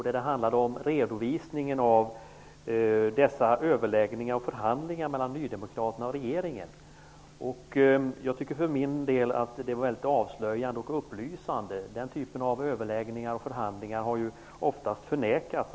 Det gäller redovisningen av dessa överläggningar och förhandlingar mellan nydemokrater och regeringen. Jag tycker för min del att det var mycket avslöjande och upplysande. Att den typen av överläggningar och förhandlingar har förekommit har oftast förnekats.